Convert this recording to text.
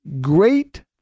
great